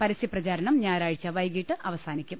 പരസ്യപ്രചാരണം ഞായറാഴ്ച വൈകീട്ട് അവ സാനിക്കും